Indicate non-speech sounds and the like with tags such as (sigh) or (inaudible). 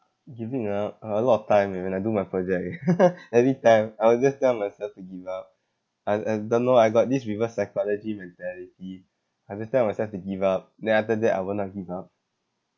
giving up I a lot of time eh when I do my project (laughs) every time I will just tell myself to give up I I don't know I got this reverse psychology mentality I just tell myself to give up then after that I will not give up